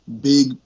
big